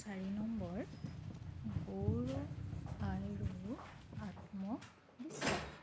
চাৰি নম্বৰ গৌৰৱ আৰু আত্মবিশ্বাস